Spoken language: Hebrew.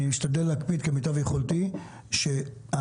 אני